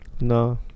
No